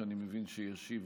שאני מבין שישיב